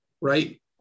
Right